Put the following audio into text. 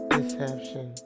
Deception